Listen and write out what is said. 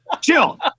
Chill